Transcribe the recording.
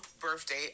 birthday